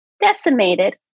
decimated